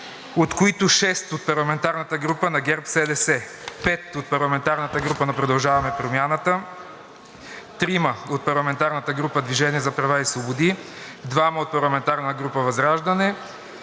от които 6 от парламентарната група на ГЕРБ-СДС, 5 от парламентарната група „Продължаваме Промяната“, 3 от парламентарната група „Движение за права и свободи“, 2 от парламентарната група ВЪЗРАЖДАНЕ,